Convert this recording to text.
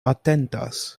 atentas